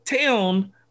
town